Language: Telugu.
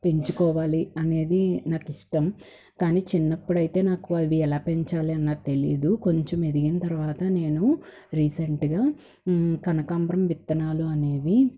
పెంచుకోవాలి అనేది నాకిష్టం కానీ చిన్నప్పుడైతే నాకు అవి ఎలా పెంచాలని నాకు తెలియదు కొంచెం ఎదిగిన తర్వాత నేను రీసెంట్గా కనకాంబరం విత్తనాలు అనేవి